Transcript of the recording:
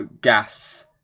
gasps